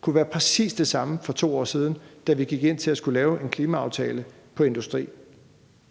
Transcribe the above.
kunne være præcis det samme for 2 år siden, da vi gik ind til at skulle lave en klimaaftale for industrien.